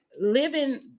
living